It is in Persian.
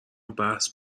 بحث